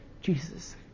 Jesus